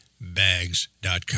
bags.com